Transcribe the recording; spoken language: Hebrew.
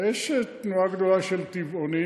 יש תנועה גדולה של טבעונים,